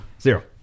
Zero